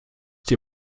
dir